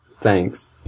thanks